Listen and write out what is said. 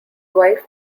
wife